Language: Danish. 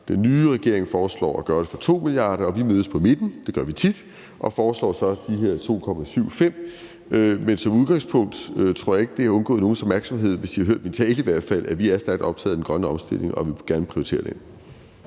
den nye regering foreslår at gøre det for 2 mia. kr., og vi mødes på midten – det gør vi tit – og foreslår så de her 2,75 mia. kr. Men som udgangspunkt tror jeg ikke det er undgået nogens opmærksomhed, i hvert fald ikke, hvis I har hørt min tale, at vi er stærkt optaget af den grønne omstilling, og at vi gerne vil prioritere den.